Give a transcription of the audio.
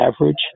average